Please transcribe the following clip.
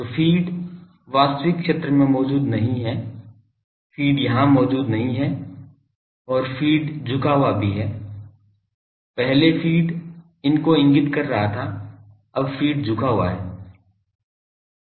तो फ़ीड वास्तविक क्षेत्र में मौजूद नहीं है फ़ीड यहाँ मौजूद नहीं है और फ़ीड भी झुका हुआ है पहले फ़ीड इन को इंगित कर रहा था अब फ़ीड झुका हुआ है